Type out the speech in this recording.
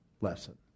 lesson